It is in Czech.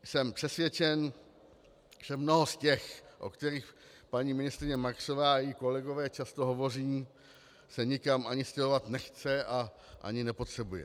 Jsem přesvědčen, že mnoho z těch, o kterých paní ministryně Marksová i její kolegové často hovoří, se nikam ani stěhovat nechce a ani nepotřebuje.